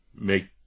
make